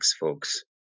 folks